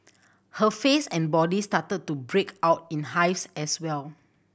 her face and body started to break out in hives as well